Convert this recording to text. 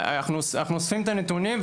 אנחנו אוספים את הנתונים,